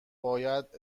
باید